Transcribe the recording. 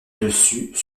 dessus